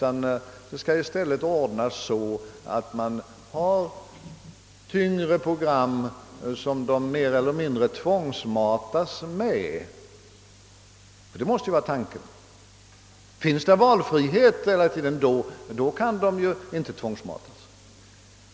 I stället vill man alltså ge tyngre program som människorna mer eller mindre tvångsmatas med. Ty det måste ju vara tanken. Finns det valfrihet kan de inte tvångsmatas.